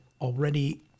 already